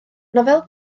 nofel